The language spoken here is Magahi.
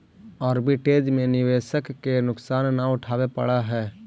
आर्बिट्रेज में निवेशक के नुकसान न उठावे पड़ऽ है